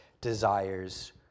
desires